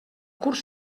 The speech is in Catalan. curs